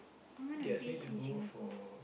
I want a base in Singapore